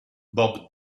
bob